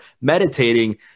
Meditating